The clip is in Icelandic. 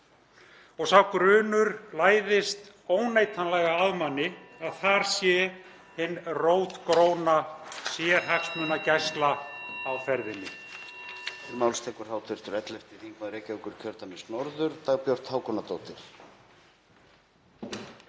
Sá grunur læðist óneitanlega að manni að þar sé hin rótgróna sérhagsmunagæsla á ferðinni.